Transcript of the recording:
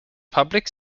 public